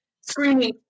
screaming